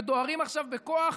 דוהרים עכשיו בכוח,